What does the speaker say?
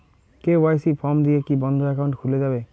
KYC form দিয়ে কি বন্ধ একাউন্ট খুলে যাবে?